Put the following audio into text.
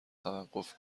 توقف